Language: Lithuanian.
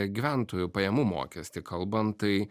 gyventojų pajamų mokestį kalbant tai